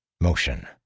Motion